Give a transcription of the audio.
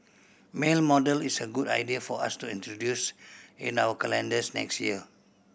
male model is a good idea for us to introduce in our calendars next year